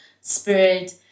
spirit